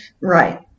Right